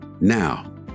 now